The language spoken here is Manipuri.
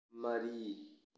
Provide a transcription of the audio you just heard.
ꯃꯔꯤ